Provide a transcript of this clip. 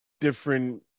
different